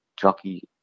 jockey